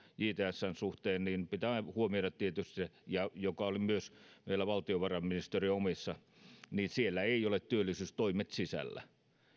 jtsn suhteen pitää tietysti huomioida se oli myös meillä valtiovarainministeriön omissa laskelmissa että siellä eivät ole työllisyystoimet sisällä